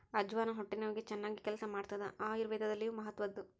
ಅಜ್ವಾನ ಹೊಟ್ಟೆ ನೋವಿಗೆ ಚನ್ನಾಗಿ ಕೆಲಸ ಮಾಡ್ತಾದ ಆಯುರ್ವೇದದಲ್ಲಿಯೂ ಮಹತ್ವದ್ದು